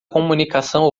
comunicação